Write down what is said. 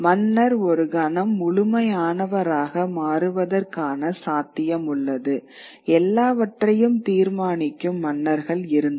மன்னர் ஒரு கணம் முழுமையானவராக மாறுவதற்கான சாத்தியம் உள்ளது எல்லாவற்றையும் தீர்மானிக்கும் மன்னர்கள் இருந்தனர்